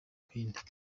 buhinde